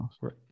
right